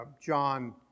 John